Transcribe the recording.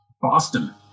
Boston